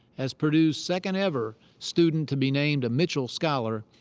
as purdue's second ever student to be named a mitchell scholar,